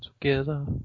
together